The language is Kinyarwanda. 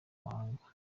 mahanga